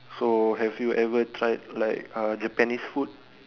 so have you ever tried like uh Japanese food